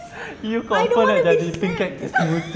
you confirm nak jadi pink cactus tu